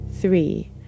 three